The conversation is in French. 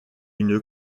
une